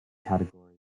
category